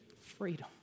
Freedom